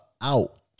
out